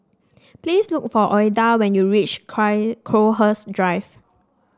please look for Ouida when you reach Crowhurst Drive